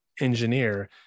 engineer